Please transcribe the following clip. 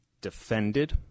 defended